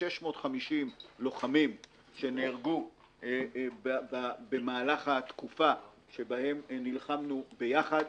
650 לוחמים נהרגו במהלך התקופה שבה נלחמנו ביחד.